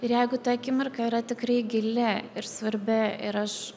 ir jeigu ta akimirka yra tikrai gili ir svarbi ir aš